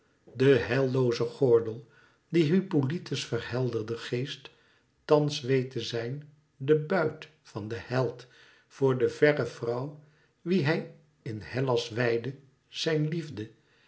den heilloozen gordel dien hippolyte's verhelderde geest thans weet te zijn de buit van den held voor de verre vrouw wie hij in hellas wijdde zijn liefde